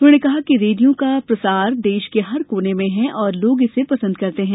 उन्होंने कहा कि रेडियो का प्रसार देश के हर कोने में है और लोग इसे पसंद करते हैं